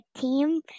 team